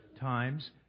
times